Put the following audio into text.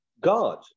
god